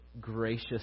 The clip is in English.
gracious